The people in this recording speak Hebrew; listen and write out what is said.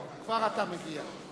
מצביע זאב